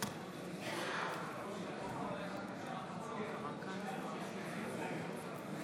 מצביע יעקב אשר, מצביע מיכאל מרדכי ביטון, מצביע